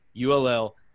ull